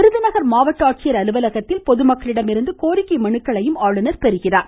விருதுநகர் மாவட்ட ஆட்சியர் அலுவலகத்தில் பொதுமக்களிடம் இருந்து கோரிக்கை மனுக்களையும் ஆளுநர் பெறுகிறார்